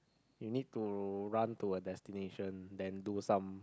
you need to run to a destination then do some